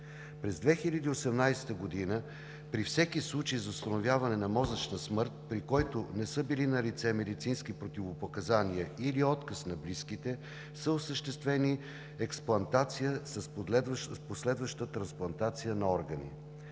През 2018 г. при всеки случай на установяване на мозъчна смърт, при който не са били налице медицински противопоказания или отказ от близките, са осъществени експлантации с последващи трансплантации на органи.